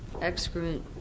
excrement